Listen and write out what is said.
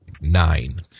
Nine